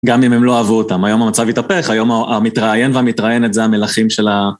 גם אם הם לא אהבו אותם, היום המצב התהפך, היום המתראיין והמתראיינת זה המלכים של ה...